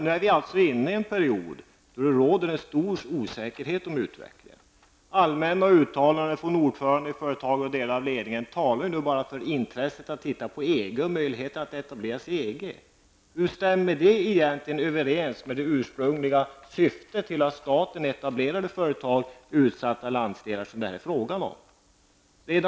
Nu är vi emellertid inne i en period då det råder stor osäkerhet om utvecklingen. Allmänna uttalanden från ordförande och företagsledningar handlar om möjligheterna att etablera sig i EG. Hur stämmer det egentligen överens med det ursprungliga syftet med att staten etablerade företag i de utsatta landsdelar som det här är fråga om?